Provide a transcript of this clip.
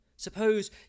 Suppose